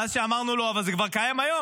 אז כשאמרנו לו: אבל זה כבר קיים היום,